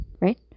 right